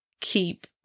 keep